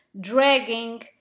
dragging